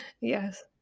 Yes